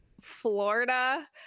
Florida